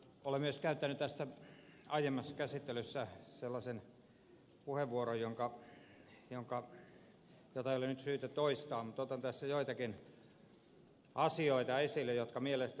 olen myös käyttänyt tästä aiemmassa käsittelyssä sellaisen puheenvuoron jota ei ole nyt syytä toistaa mutta otan tässä esille joitakin asioita jotka mielestäni ovat keskeisiä